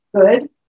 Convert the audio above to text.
good